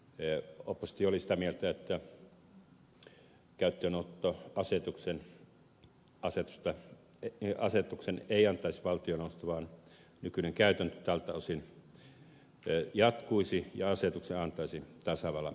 oppositio oli sitä mieltä että käyttöönottoasetusta ei antaisi valtioneuvosto vaan nykyinen käytäntö tältä osin jatkuisi ja asetuksen antaisi tasavallan presidentti